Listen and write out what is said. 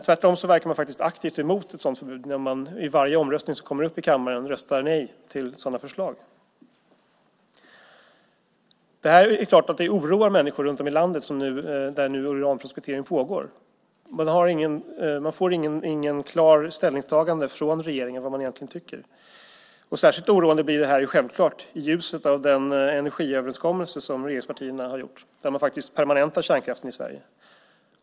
Tvärtom verkar man faktiskt aktivt mot ett sådant förbud när man i varje omröstning som kommer upp i kammaren röstar nej till sådana förslag. Det är klart att det här oroar människor runt om i landet där uranprospektering pågår. Man får inget klart ställningstagande från regeringen om vad regeringen egentligen tycker. Särskilt oroande blir det här självklart i ljuset av den energiöverenskommelse som regeringspartierna har gjort där man faktiskt permanentar kärnkraften i Sverige.